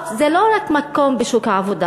זה לא רק מקום בשוק העבודה,